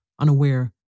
unaware